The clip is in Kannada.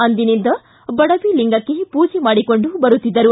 ಅಂದಿನಿಂದ ಬಡವಿಲಿಂಗಕ್ಕೆ ಪೂಜೆ ಮಾಡಿಕೊಂಡು ಬರುತ್ತಿದ್ದರು